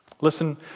Listen